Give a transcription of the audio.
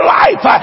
life